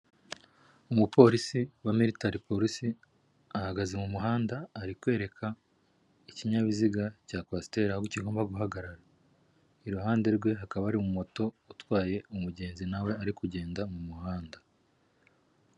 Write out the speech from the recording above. Umupolisi wa militari polisi ahagaze mu muhanda ari kwereka ikinyabiziga cya kwasiteri aho kigomba guhagarara. Iruhande rwe hakaba ari umumoto utwaye umugenzi nawe ari kugenda mu muhanda.